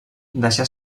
deixà